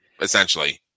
essentially